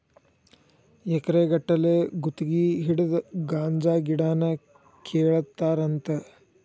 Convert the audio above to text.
ಎಕರೆ ಗಟ್ಟಲೆ ಗುತಗಿ ಹಿಡದ ಗಾಂಜಾ ಗಿಡಾನ ಕೇಳತಾರಂತ